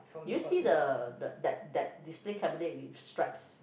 you see the the that that display cabinet with stripes